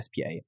SPA